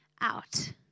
out